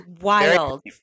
wild